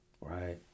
Right